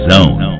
Zone